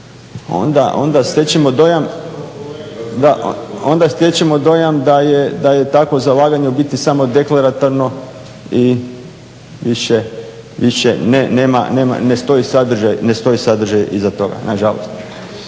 Onda stječemo dojam da je takvo zalaganje u biti samo deklaratorno i više ne stoji sadržaj iza toga, nažalost.